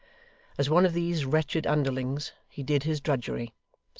as one of these wretched underlings, he did his drudgery,